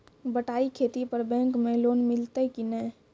बटाई खेती पर बैंक मे लोन मिलतै कि नैय?